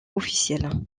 officiel